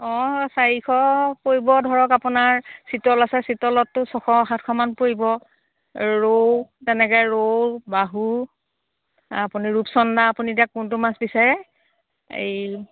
অঁ চাৰিশ পৰিব ধৰক আপোনাৰ চিতল আছে চিতলততো ছশ সাতশমান পৰিব ৰৌ তেনেকৈ ৰৌ বাহু আপুনি ৰূপচন্দা আপুনি এতিয়া কোনটো মাছ বিচাৰে এই